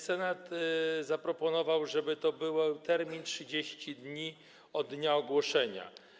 Senat zaproponował, żeby to był termin 30 dni od dnia ogłoszenia.